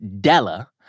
Della